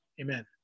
Amen